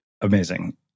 Amazing